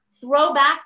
Throwback